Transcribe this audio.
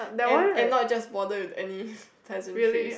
and and not just bother with any pleasantry